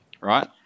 Right